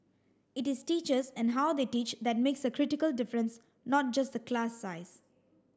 it is teachers and how they teach that makes a critical difference not just the class size